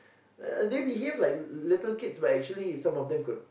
uh they behave like little kids but actually some of them could